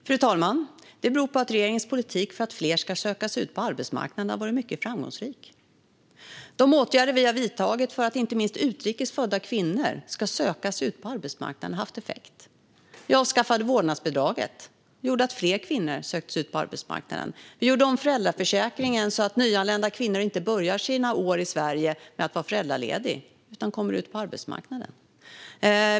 Fru talman! Det beror på att regeringens politik för att fler ska söka sig ut på arbetsmarknaden har varit mycket framgångsrik. De åtgärder vi har vidtagit för att inte minst utrikes födda kvinnor ska söka sig ut på arbetsmarknaden har haft effekt. Vi avskaffade vårdnadsbidraget, vilket gjorde att fler kvinnor sökte sig ut på arbetsmarknaden. Vi gjorde om föräldraförsäkringen så att nyanlända kvinnor inte börjar sina år i Sverige med att vara föräldralediga utan i stället kommer ut på arbetsmarknaden.